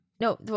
No